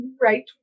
right